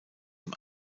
dem